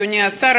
אדוני השר,